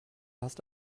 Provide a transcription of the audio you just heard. hast